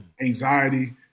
anxiety